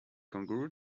kangaroo